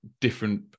different